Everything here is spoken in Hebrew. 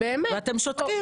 ואתם שותקים.